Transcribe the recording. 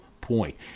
point